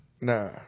Nah